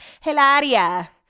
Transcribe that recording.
Hilaria